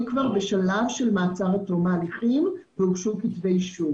כבר במצב של מעצר עד תום ההליכים והוגשו כתבי אישום